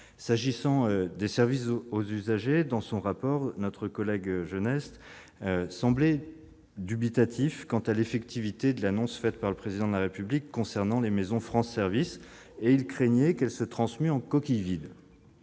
J'en viens aux services aux usagers. Dans son rapport, notre collègue Jacques Genest semblait dubitatif quant à l'effectivité de l'annonce faite par le Président de la République concernant les maisons France Services : il craignait qu'elles ne se transmuent en coquilles vides.